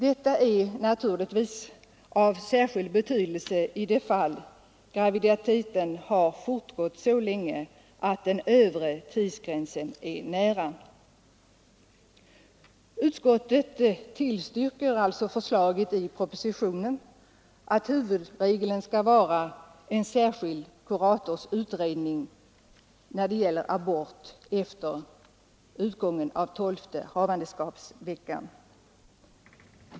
Detta är naturligtvis av särskild betydelse i de fall då graviditeten har fortgått så långt att den övre tidsgränsen är nära. Utskottet tillstyrker alltså förslaget i propositionen att huvudregeln skall vara en särskild kuratorsutredning när det gäller abort efter utgången av tolfte havandeskapsveckan.